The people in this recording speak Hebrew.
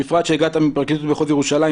בפרט שהגעת מפרקליטות מחוז ירושלים,